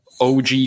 OG